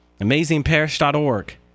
Amazingparish.org